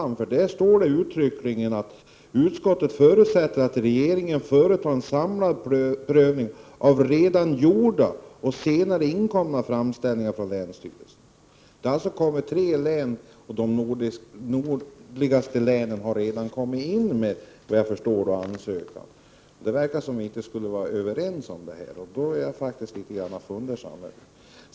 I betänkandet står: ”Utskottet förutsätter att regeringen företar en samlad prövning av redan gjorda och senare inkommande framställningar från länsstyrelserna ——-—-.” Det verkar som om ni inte skulle vara överens om detta, och det gör mig litet fundersam. De tre nordligaste länen har, vad jag förstår, redan kommit in med ansökan.